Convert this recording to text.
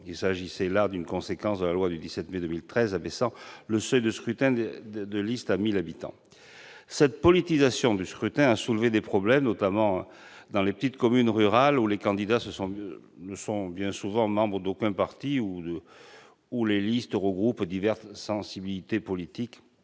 Il s'agissait là d'une conséquence de la loi du 17 mai 2013 abaissant le seuil du scrutin de liste à 1 000 habitants. Cette politisation du scrutin a soulevé des problèmes, notamment dans les petites communes rurales, où les candidats ne sont bien souvent membres d'aucun parti et où les listes regroupent diverses sensibilités politiques.